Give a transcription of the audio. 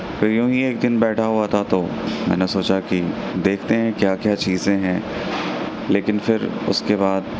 کہ یوں ہی ایک دِن بیٹھا ہُوا تھا تو میں نے سوچا کہ دیکھتے ہیں کیا کیا چیزیں ہیں لیکن پھر اُس کے بعد